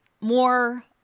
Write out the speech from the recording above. more